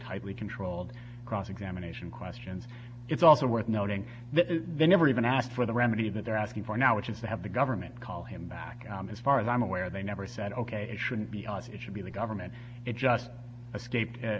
tightly controlled cross examination questions it's also worth noting that they never even asked for the remedy that they're asking for now which is to have the government call him back as far as i'm aware they never said ok it shouldn't be oz it should be the government it just escape